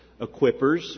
Equippers